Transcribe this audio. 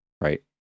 right